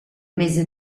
mese